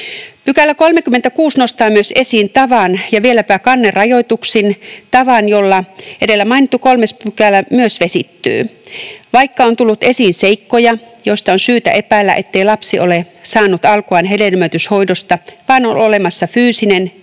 Myös 36 § nostaa esiin ja vieläpä kannerajoituksin tavan, jolla edellä mainittu 3 § vesittyy. Vaikka on tullut esiin seikkoja, joista on syytä epäillä, ettei lapsi ole saanut alkuaan hedelmöityshoidosta vaan on olemassa fyysinen,